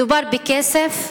מדובר בכסף,